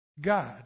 God